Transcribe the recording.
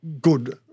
good